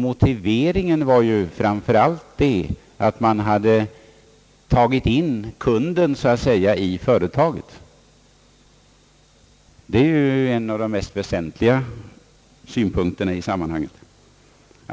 Motiveringen var ju framför allt den, att man hade »tagit in kunden i företaget». En av de mest väsentliga synpunkterna i sammanhanget är ju